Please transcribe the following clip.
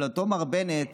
אבל אותו מר בנט